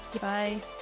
Bye